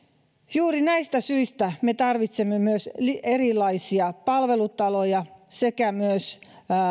juuri näistä syistä me tarvitsemme myös erilaisia palvelutaloja sekä myös